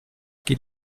qu’il